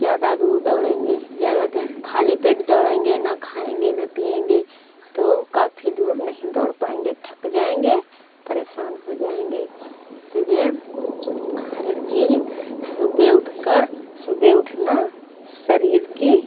ज़्यादा दूर दौड़ेंगे ज़्यादा दूर खाली पेट दौड़ेंगे न खाएंगे न पिएंगे तो काफी दूर नहीं दौड़ पाएंगे थक जाएंगे परेशान हो जाएंगे सुबह हर चीज़ सुबह उठकर सुबह उठना शरीर की